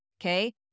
okay